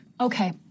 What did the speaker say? Okay